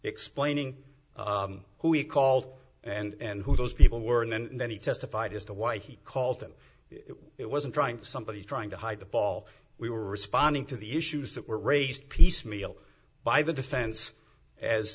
explaining who he called and who those people were and then he testified as to why he called them if it wasn't trying somebody trying to hide the ball we were responding to the issues that were raised piecemeal by the defense as